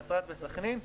נצרת וסח'נין,